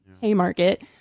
Haymarket